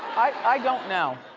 i don't know.